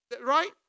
Right